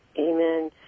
Amen